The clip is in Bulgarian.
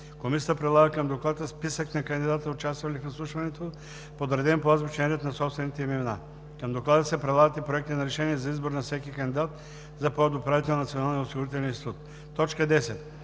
Комисията прилага към Доклада списък на кандидатите, участвали в изслушването, подреден по азбучен ред на собствените им имена. Към Доклада се прилагат и проекти на решения за избор на всеки кандидат за подуправител